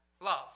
love